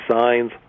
signs